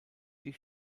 die